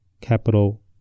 capital